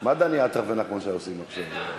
מה דני עטר ונחמן שי עושים עכשיו?